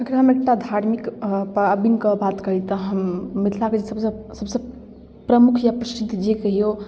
एकरामे एकटा धार्मिक अऽ पाबनिके बात करी तऽ हम मिथिलाके सबसँ सबसँ प्रमुख या प्रसिद्ध जे कहिऔ